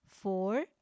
four